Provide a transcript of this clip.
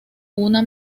una